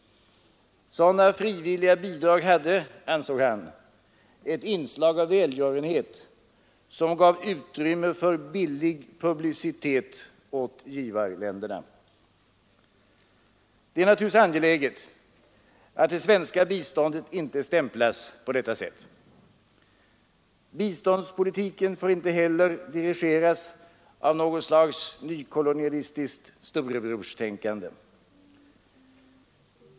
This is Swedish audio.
Sådana frivilliga bidrag hade, ansåg han, ett inslag av välgörenhet, som gav utrymme för ” billig publicitet” åt givarländerna. Det är naturligtvis angeläget att det svenska biståndet inte stämplas på detta sätt. Biståndspolitiken får inte heller dirigeras av något slags nykolonialistiskt storebrorstänkande.